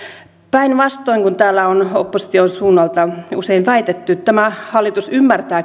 päinvastoin kuin täällä on opposition suunnalta usein väitetty tämä hallitus ymmärtää